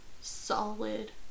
solid